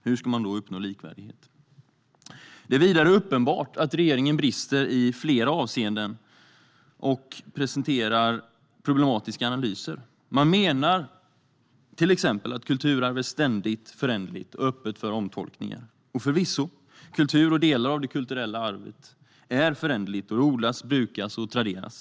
Hur ska man då uppnå likvärdighet? Det är vidare uppenbart att regeringen brister i flera avseenden och presenterar problematiska analyser. Man menar till exempel att kulturarv är ständigt föränderligt och öppet för omtolkningar. Förvisso, kultur och delar av det kulturella arvet är föränderligt då det odlas, brukas och traderas.